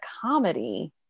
comedy